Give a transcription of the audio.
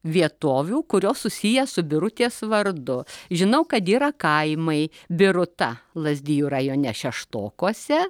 vietovių kurios susiję su birutės vardu žinau kad yra kaimai biruta lazdijų rajone šeštokuose